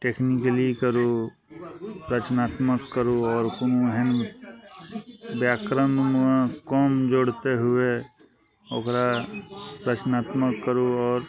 technically करू रचनात्मक करू आओर कोनो एहन व्याकरणनुमा कम जोड़िते हुए ओकरा रचनात्मक करू आओर